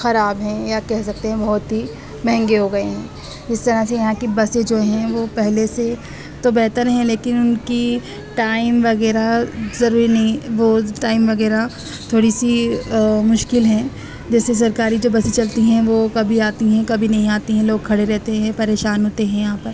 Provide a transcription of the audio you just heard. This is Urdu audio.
خراب ہیں یا کہہ سکتے ہیں بہت ہی مہنگے ہو گئے ہیں جس طرح سے یہاں کی بسیں جو ہیں وہ پہلے سے تو بہتر ہیں لیکن ان کی ٹائم وغیرہ ضروری نہیں وہ ٹائم وغیرہ تھوڑی سی مشکل ہے جیسے سرکاری جو بسیں چلتی ہیں وہ کبھی آتی ہیں کبھی نہیں آتی ہیں لوگ کھڑے رہتے ہیں پریشان ہوتے ہیں یہاں پر